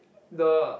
the